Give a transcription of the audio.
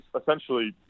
essentially